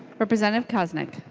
representative koznick